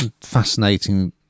Fascinating